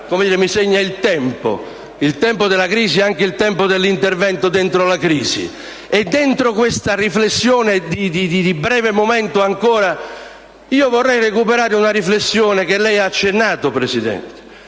mi segna il tempo, il tempo della crisi e anche il tempo dell'intervento dentro la crisi) dentro questa riflessione, di breve momento ancora, io vorrei recuperare una riflessione alla quale lei ha accennato, Presidente: